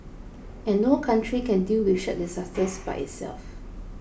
and no country can deal with such disasters by itself